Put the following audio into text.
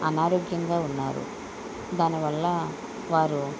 అనారోగ్యంగా ఉన్నారు దానివల్ల వారు